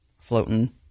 floating